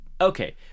okay